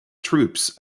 troops